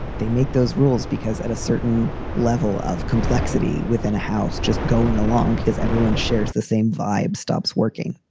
they make those rules because at a certain level of complexity within a house just going along because everyone shares the same vibe, stops working,